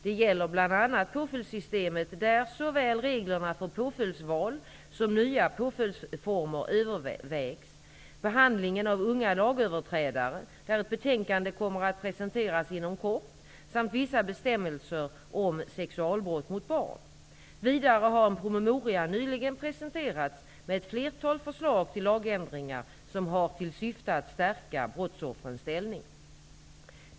Det gäller bl.a. påföljdssystemet, där såväl reglerna för påföljdsval som nya påföljdsformer övervägs, behandlingen av unga lagöverträdare, där ett betänkande kommer att presenteras inom kort, samt vissa bestämmelser om sexualbrott mot barn. Vidare har en promemoria nyligen presenterats med ett flertal förslag till lagändringar som har till syfte att stärka brottsoffrens ställning.